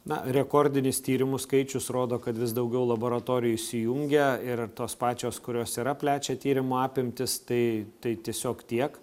na rekordinis tyrimų skaičius rodo kad vis daugiau laboratorijų įsijungia ir tos pačios kurios yra plečia tyrimų apimtis tai tai tiesiog tiek